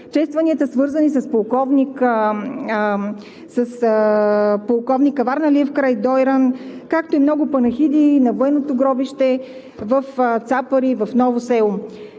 честванията, свързани с полковник Каварналиев край Дойран, както и много панихиди на Военното гробище в Цапари и в Ново село.